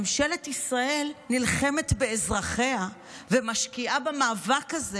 ממשלת ישראל נלחמת באזרחיה ומשקיעה במאבק הזה